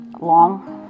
long